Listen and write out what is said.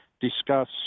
discuss